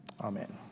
Amen